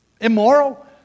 immoral